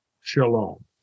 shalom